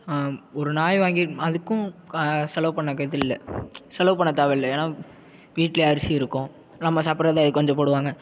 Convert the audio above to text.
ஒரு நாய் வாங்கி அதுக்கும் செலவு பண்ண இது இல்லை செலவு பண்ண தேவையில்ல ஏன்னா வீட்ல அரிசி இருக்கும் நம்ப சாப்பிடுறத அதுக்கு கொஞ்சம் போடுவாங்க